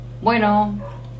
Bueno